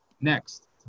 next